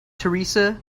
teresa